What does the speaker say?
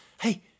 Hey